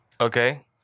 Okay